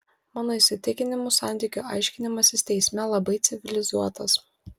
mano įsitikinimu santykių aiškinimasis teisme labai civilizuotas